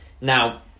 Now